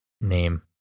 name